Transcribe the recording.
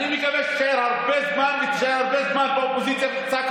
אני רוצה להודות לשרים שביקשו לאשר את הצעת